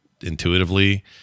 intuitively